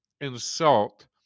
insult